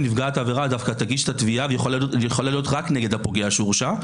נפגעת העבירה דווקא תגיש את התביעה והיא יכולה להיות רק נגד הפוגע שהורשע,